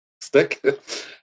stick